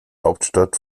hauptstadt